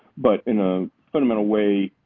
but in a fundamental way,